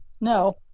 No